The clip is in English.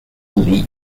lee